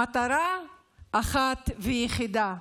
המטרה אחת ויחידה: